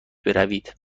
بروید